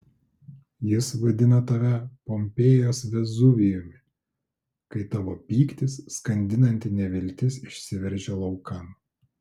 jis vadina tave pompėjos vezuvijumi kai tavo pyktis skandinanti neviltis išsiveržia laukan